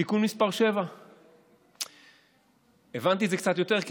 תיקון מס' 7. הבנתי את זה קצת יותר כי